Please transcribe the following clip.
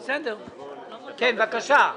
משרד הפנים, אני מבקש לדעת.